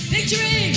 Victory